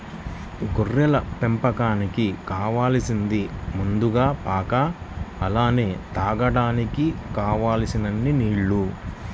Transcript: గొర్రెల పెంపకానికి కావాలసింది ముందుగా పాక అలానే తాగడానికి కావలసినన్ని నీల్లు